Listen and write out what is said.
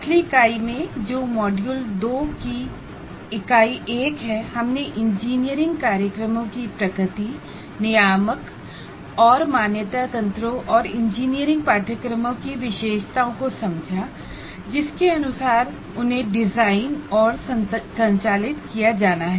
पिछली इकाई में जो कि मॉड्यूल 2 की इकाई 1 है हमने इंजीनियरिंग प्रोग्राम्स की प्रकृति रेगुलेटरी और एक्रेडिटेशन मैकेनिज्म और इंजीनियरिंग कोर्सेज की विशेषताएं को समझा जिसके अनुसार उन्हें डिजाइन और संचालित किया जाना है